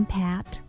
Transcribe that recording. Pat